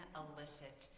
elicit